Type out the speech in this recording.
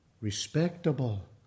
respectable